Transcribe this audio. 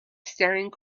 staring